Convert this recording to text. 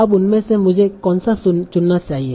अब उनमें से मुझे कौनसा चुनना चाहिए